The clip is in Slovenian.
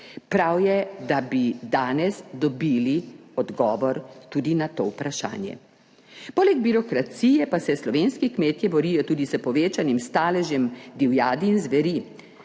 Prav je, da bi danes dobili odgovor tudi na to vprašanje. Poleg birokracije pa se slovenski kmetje borijo tudi s povečanim staležem divjadi in zveri,